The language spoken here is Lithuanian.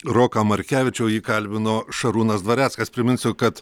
roką markevičių o jį kalbino šarūnas dvareckas priminsiu kad